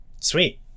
Sweet